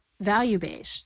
value-based